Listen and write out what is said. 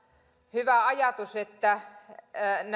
hyvä ajatus että